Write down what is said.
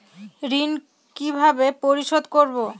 ঋণ কিভাবে পরিশোধ করব?